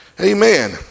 amen